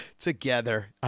together